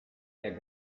der